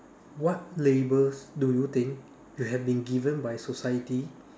what labels do you think you have been given by society